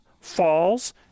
Falls